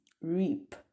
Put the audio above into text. reap